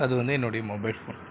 அது வந்து என்னுடைய மொபைல் ஃபோன்